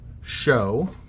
show